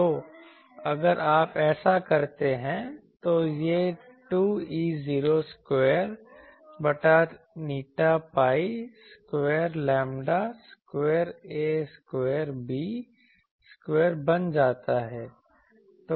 तो अगर आप ऐसा करते हैं तो यह 2E0 स्क्वायर बटा η pi square lambda square a square b square बन जाता है